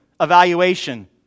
evaluation